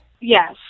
Yes